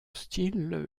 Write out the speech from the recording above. style